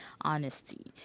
honesty